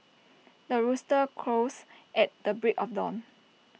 the rooster crows at the break of dawn